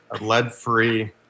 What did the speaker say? lead-free